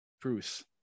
Bruce